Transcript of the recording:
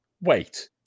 Wait